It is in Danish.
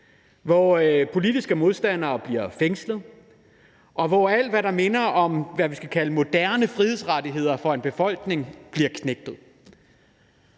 hvor politiske modstandere bliver fængslet, og hvor alt, der minder om, hvad man kan kalde moderne frihedsrettigheder for en befolkning, bliver knægtet.